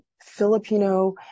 filipino